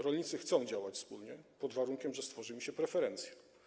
Rolnicy chcą działać wspólnie, pod warunkiem że stwarza im się preferencje.